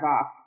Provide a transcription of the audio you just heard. off